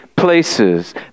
Places